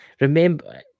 Remember